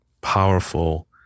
powerful